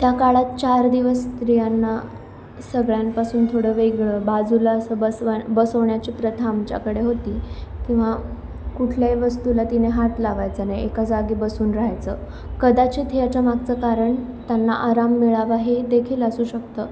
त्या काळात चार दिवस स्त्रियांना सगळ्यांपासून थोडं वेगळं बाजूला असं बसवा बसवण्याची प्रथा आमच्याकडे होती किंवा कुठल्याही वस्तूला तिने हात लावायचं नाही एका जागी बसून राहायचं कदाचित याच्या मागचं कारण त्यांना आराम मिळावा हे देखील असू शकतं